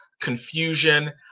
confusion